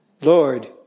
Lord